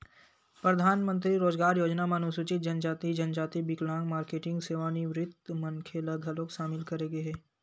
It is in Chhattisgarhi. परधानमंतरी रोजगार योजना म अनुसूचित जनजाति, जनजाति, बिकलांग, मारकेटिंग, सेवानिवृत्त मनखे ल घलोक सामिल करे गे हे